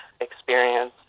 experience